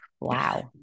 wow